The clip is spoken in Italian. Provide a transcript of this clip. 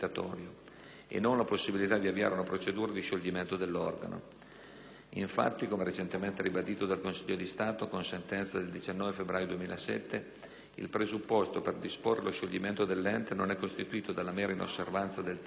e non la possibilità di avviare una procedura di scioglimento dell'organo. Infatti, come recentemente ribadito dal Consiglio di Stato, con sentenza del 19 febbraio 2007, il presupposto per disporre lo scioglimento dell'ente non è costituito dalla mera inosservanza del termine,